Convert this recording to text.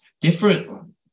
Different